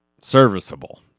serviceable